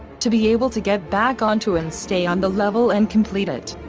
to be able to get back onto and stay on the level and complete it.